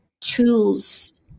tools